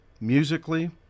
musically